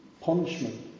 Punishment